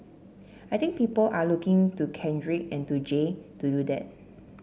I think people are looking to Kendrick and to Jay to do that